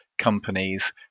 companies